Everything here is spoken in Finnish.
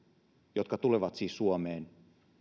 tulee suomeen